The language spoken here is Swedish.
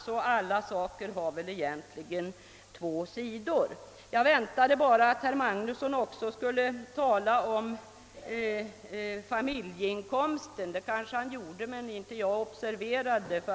Så allting har väl egentligen två sidor. Jag väntade bara att herr Magnusson också skulle tala om familjeinkomsten. Han gjorde det kanske också utan att jag observerade det.